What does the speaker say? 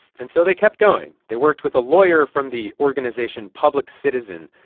and so they kept going. they worked with a lawyer from the organization public citizen,